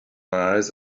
eyes